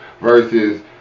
versus